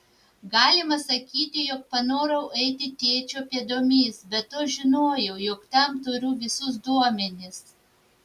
galima sakyti jog panorau eiti tėčio pėdomis be to žinojau jog tam turiu visus duomenis